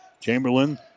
Chamberlain